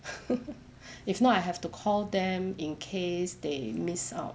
if not I have to call them in case they miss out